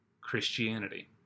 Christianity